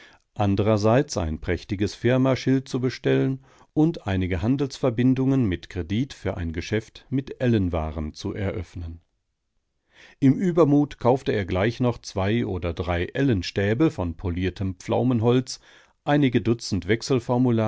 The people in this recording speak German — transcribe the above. anderseits ein prächtiges firmaschild zu bestellen und einige handelsverbindungen mit kredit für ein geschäft mit ellenwaren zu eröffnen im übermut kaufte er gleich noch zwei oder drei ellenstäbe von poliertem pflaumenholz einige dutzend